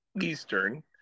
Eastern